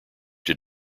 did